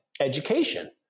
education